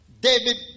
David